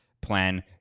plan